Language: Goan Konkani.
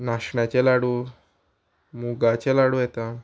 नाशण्याचे लाडू मुगाचे लाडू येता